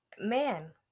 Man